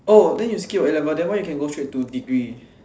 oh then you skip your A-level then why you can go straight to degree